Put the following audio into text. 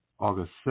August